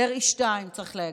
דרעי 2, צריך להגיד.